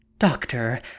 Doctor